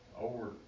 over